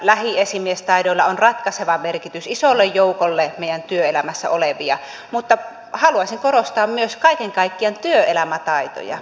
lähiesimiestaidoilla on ratkaiseva merkitys isolle joukolle meidän työelämässä olevia mutta haluaisin korostaa myös kaiken kaikkiaan työelämätaitoja